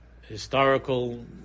historical